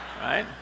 Right